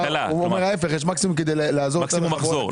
הוא אומר ההיפך יש מקסימום כדי לעזור -- מקסימום מחזור,